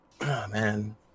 man